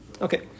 Okay